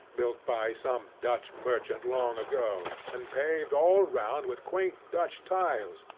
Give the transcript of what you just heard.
built by some dutch merchant long ago, and paved all round with quaint dutch tiles,